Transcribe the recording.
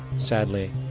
sadly,